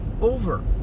over